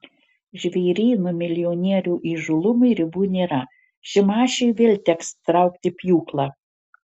žvėryno milijonierių įžūlumui ribų nėra šimašiui vėl teks traukti pjūklą